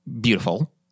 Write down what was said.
beautiful